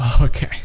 Okay